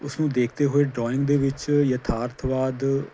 ਉਸ ਨੂੰ ਦੇਖਦੇ ਹੋਏ ਡਰਾਇੰਗ ਦੇ ਵਿੱਚ ਯਥਾਰਥਵਾਦ